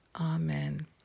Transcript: Amen